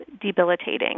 debilitating